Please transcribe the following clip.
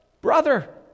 brother